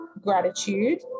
gratitude